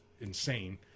insane